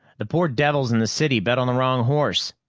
the poor devils in the city bet on the wrong horse.